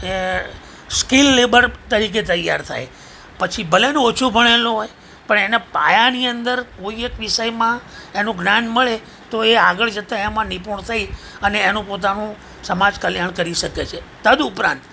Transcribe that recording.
skill labour તરીકે તૈયાર થાય પછી ભલે ને ઓછુ ભણેલો હોય પણ એને પાયાની અંદર કોઈ એક વિષયમાં એનુ જ્ઞાન મળે તો એ આગળ જતાં એમ નિપૂણ થઈ અને એનું પોતાનું સમાજ કલ્યાણ કરી શકે છે તદુપરાંત